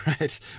right